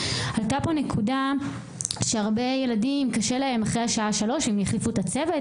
עלתה פה נקודה שהרבה ילדים קשה להם אחרי השעה 15:00 אם יחליפו את הצוות,